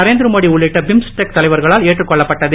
நரேந்திரமோடி உள்ளிட்ட பிம்ஸ்டெக் தலைவர்களால் ஏற்றுக் கொள்ளப்பட்டது